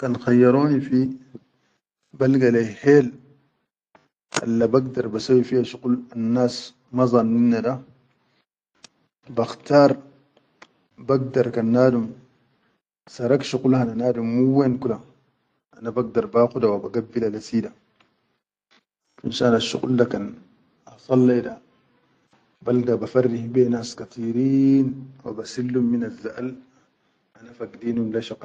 Kan khayyaroni fi balga le yi hel alla bagdar da, bakhtar bagdar kan nadum sarak shuqul hana nadum min yen kula ana bagdar bakhuda wa ba gabbila le si da finshan asshuqul da kan ahsal leyi da, balga ba farri biya nas kateerin wa basilum minal zaʼal ana fog dinum.